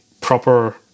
proper